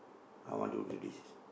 I want to release